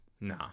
nah